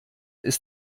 ist